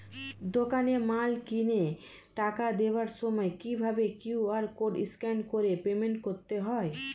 দোকানে মাল কিনে টাকা দেওয়ার সময় কিভাবে কিউ.আর কোড স্ক্যান করে পেমেন্ট করতে হয়?